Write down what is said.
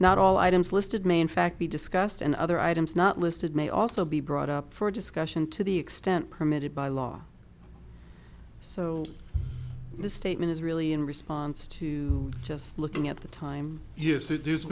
not all items listed may in fact be discussed and other items not listed may also be brought up for discussion to the extent permitted by law so this statement is really in response to just looking at the time ye